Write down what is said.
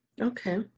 Okay